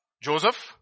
Joseph